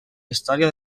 història